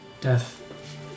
death